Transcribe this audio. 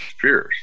fierce